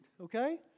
okay